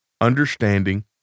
understanding